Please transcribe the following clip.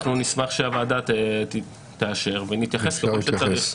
אנחנו נשמח שהוועדה תאשר ונתייחס ככל שצריך.